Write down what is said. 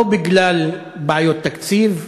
לא בגלל בעיות תקציב,